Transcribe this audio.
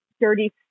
dirty